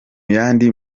yandi